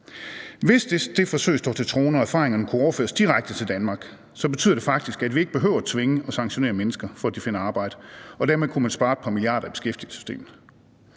Hvis det forsøg står til troende og erfaringerne kunne overføres direkte til Danmark, betyder det faktisk, at vi ikke behøver at tvinge og sanktionere mennesker, for at de finder arbejde, og dermed kunne man spare et par milliarder i beskæftigelsessystemet.